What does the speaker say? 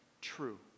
true